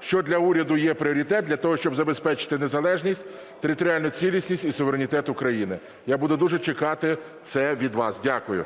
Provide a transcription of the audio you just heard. що для уряду є пріоритет для того, щоб забезпечити незалежність, територіальну цілісність і суверенітет України. Я буду дуже чекати це від вас. Дякую.